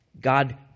God